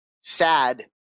sad